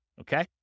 Okay